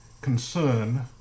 concern